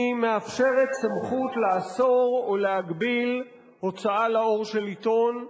היא מאפשרת סמכות לאסור או להגביל הוצאה לאור של עיתון.